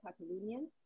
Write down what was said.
Catalonian